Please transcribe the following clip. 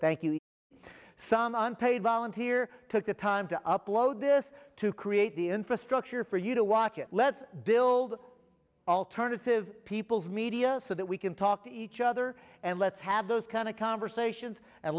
thank you some unpaid volunteer took the time to upload this to create the infrastructure for you to watch it lets build alternative people's media so that we can talk to each other and let's have those kind of conversations and